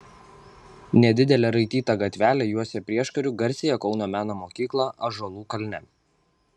nedidelė raityta gatvelė juosia prieškariu garsiąją kauno meno mokyklą ąžuolų kalne